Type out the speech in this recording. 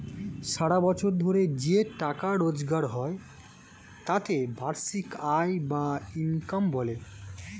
সারা বছর ধরে যে টাকা রোজগার হয় তাকে বার্ষিক আয় বা ইনকাম বলে